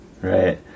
Right